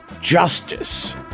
Justice